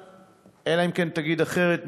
אלא אם כן תגיד אחרת,